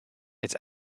its